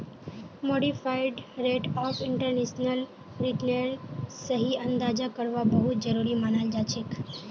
modified rate of internal रिटर्नेर सही अंदाजा करवा बहुत जरूरी मनाल जाछेक